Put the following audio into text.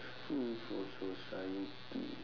useful for society